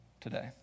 today